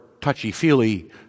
touchy-feely